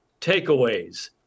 takeaways